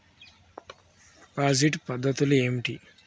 Deposit పద్ధతులు ఏమిటి?